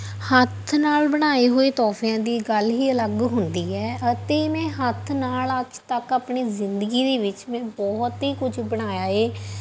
ਹੱਥ ਨਾਲ ਬਣਾਏ ਹੋਏ ਤੋਹਫਿਆਂ ਦੀ ਗੱਲ ਹੀ ਅਲੱਗ ਹੁੰਦੀ ਹੈ ਅਤੇ ਮੈਂ ਹੱਥ ਨਾਲ ਅੱਜ ਤੱਕ ਆਪਣੀ ਜ਼ਿੰਦਗੀ ਦੇ ਵਿੱਚ ਮੈਂ ਬਹੁਤ ਹੀ ਕੁਝ ਬਣਾਇਆ ਏ